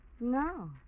No